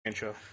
intro